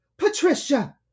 Patricia